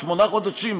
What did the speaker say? בשמונה חודשים,